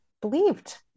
believed